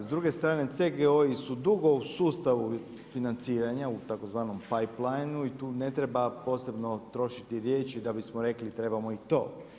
S druge strane CGO-i su dugo u sustavu financiranja u tzv. pay planu i tu ne treba posebno trošiti riječi da bismo rekli trebamo i to.